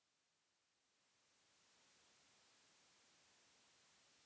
इ debit card से एक दिन मे कितना पैसा निकाल सकत हई?